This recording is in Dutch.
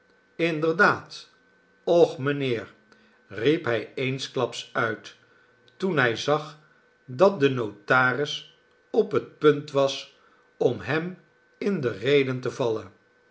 inderdaad och mijnheer riep hij eensklaps uit toen hij zag dat de notaris op het punt was om hem in de rede te vallen